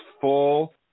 full